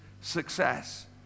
success